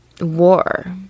war